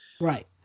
Right